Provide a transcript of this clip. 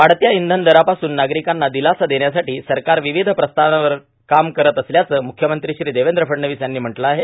वाढत्त्या इंधन दरापासून नागरिकांना दिलासा देण्यासाठी सरकार विविध प्रस्तावांवर काम करत असल्याचं मुख्यमंत्री श्री देवेंद्र फडणवीस यांनी म्हटलं आहे